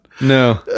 No